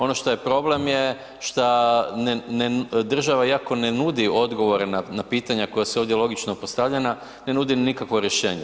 Ono što je problem je šta država iako ne nudi odgovore na pitanja koja su ovdje logično postavljena, ne nudi nikakvo rješenje.